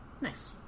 Nice